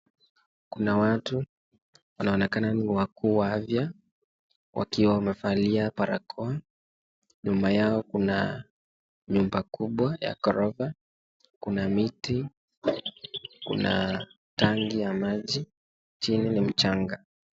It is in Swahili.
Kuna watu, wanaonekana ni wakuu wa afya wakiwa wamevalia barakoa. Nyuma yao kuna nyumba kubwa ya ghorofa. Kuna miti, kuna tangi ya maji, chini ni mchanga.